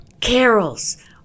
Carols